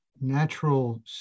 natural